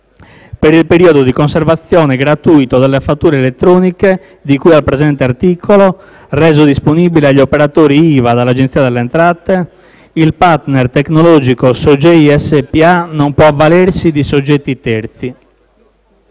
"Per il periodo di conservazione gratuita delle fatture elettroniche di cui al presente articolo, reso disponibile agli operatori IVA dall'Agenzia delle entrate, il *partner* tecnologico Sogei SpA non può avvalersi di soggetti terzi."».